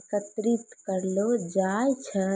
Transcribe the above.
एकत्रित करलो जाय छै?